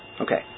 Okay